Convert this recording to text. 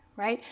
right?